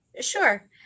Sure